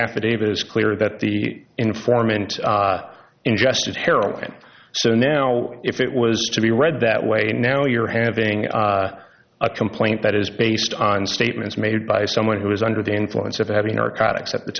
affidavit is clear that the informant ingested heroin so now if it was to be read that way now you're having a complaint that is based on statements made by someone who is under the influence of having arcot except the